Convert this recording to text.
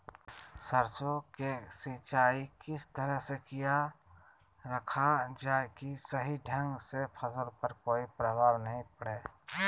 सरसों के सिंचाई किस तरह से किया रखा जाए कि सही ढंग से फसल पर कोई प्रभाव नहीं पड़े?